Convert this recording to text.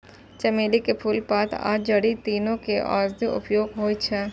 चमेली के फूल, पात आ जड़ि, तीनू के औषधीय उपयोग होइ छै